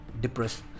depressed